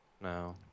No